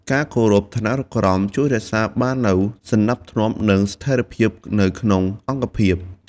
ការគោរពឋានានុក្រមជួយរក្សាបាននូវសណ្តាប់ធ្នាប់ និងស្ថិរភាពនៅក្នុងអង្គភាព។